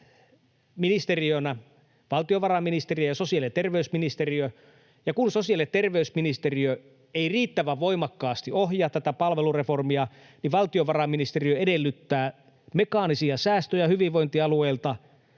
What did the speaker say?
ohjaavana ministeriönä valtiovarainministeriö ja sosiaali- ja terveysministeriö. Ja kun sosiaali- ja terveysministeriö ei riittävän voimakkaasti ohjaa tätä palvelureformia, niin valtiovarainministeriö edellyttää mekaanisia säästöjä hyvinvointialueilta